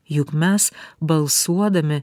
juk mes balsuodami